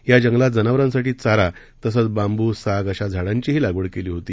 या जंगलात जनावरांसाठी चारा तसंच बांबू साग अशा झाडांचीही लागवड केली होती